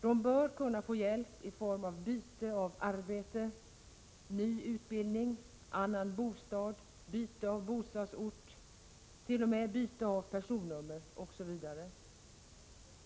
De bör kunna få hjälp i form av byte av arbete, ny utbildning, annan bostad eller bostadsort, t.o.m. byte av personnummer osv.